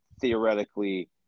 theoretically